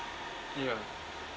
ya